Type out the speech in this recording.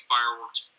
Fireworks